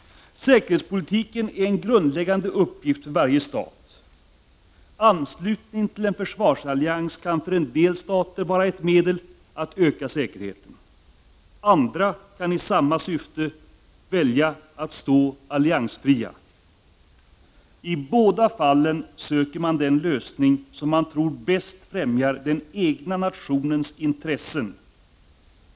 Säkerhetspolitiken är en grundläggande uppgift för varje stat. Anslutning till en försvarsallians kan för en del stater vara ett medel att öka säkerheten. Andra kan i samma syfte välja att stå alliansfria. I båda fallen söker man den lösning som man tror bäst främjar den egna nationens intressen.